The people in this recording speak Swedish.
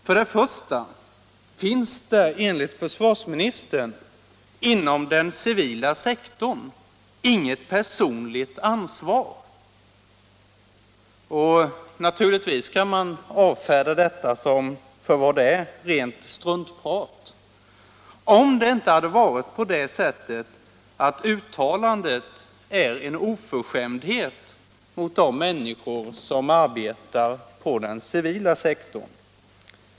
För det första finns det, enligt försvarsministern, inom den civila sektorn inget personligt ansvar. Naturligtvis skulle man kunna avfärda detta för vad det är — rent struntprat — om det inte hade varit på det sättet att uttalandet är en oförskämdhet mot de människor som arbetar inom den civila sektorn.